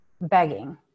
begging